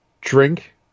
Drink